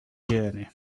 journey